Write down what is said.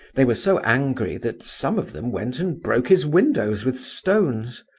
they were so angry that some of them went and broke his windows with stones.